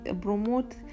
promote